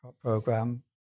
program